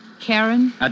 Karen